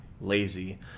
lazy